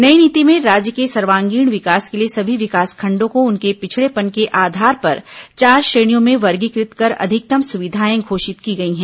नई नीति में राज्य के सर्वांगीण विकास के लिए सभी विकासखंडों को उनके पिछड़ेपन के आधार पर चार श्रेणियों में वर्गीकृत कर अधिकतम सुविधाएं घोषित की गई हैं